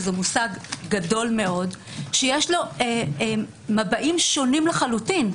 זה מושג גדול מאוד שיש לו מבעים שונים לחלוטין.